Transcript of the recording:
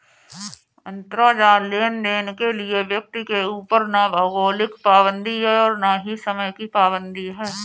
अंतराजाल लेनदेन के लिए व्यक्ति के ऊपर ना भौगोलिक पाबंदी है और ना ही समय की पाबंदी है